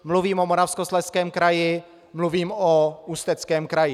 Mluvím o Moravskoslezském kraji, mluvím o Ústeckém kraji.